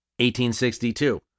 1862